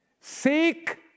Seek